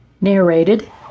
Narrated